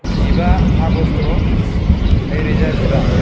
जिबा आगस्त' नै रोजा जिबा